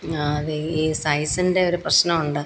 ഇത് ഈ സൈസിന്റെ ഒരു പ്രശ്നമുണ്ട്